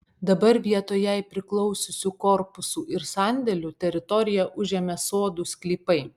dabar vietoj jai priklausiusių korpusų ir sandėlių teritoriją užėmė sodų sklypai